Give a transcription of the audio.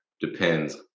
depends